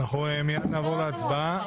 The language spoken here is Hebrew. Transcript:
אנחנו מיד נעבור להצבעה.